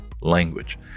language